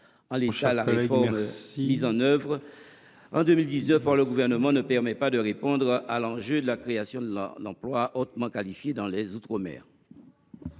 En l’état, la réforme mise en œuvre en 2019 par le Gouvernement ne permet pas de répondre à l’enjeu de la création d’emplois hautement qualifiés dans les outre mer.